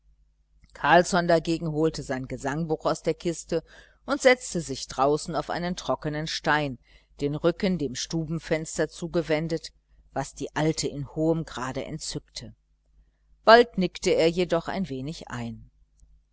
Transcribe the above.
carlsson dagegen holte sein gesangbuch aus der kiste und setzte sich draußen auf einen trockenen stein den rücken dem stubenfenster zugewendet was die alte in hohem grade entzückte bald nickte er jedoch ein wenig ein